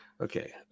Okay